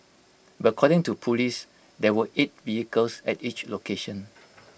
but according to Police there were eight vehicles at each location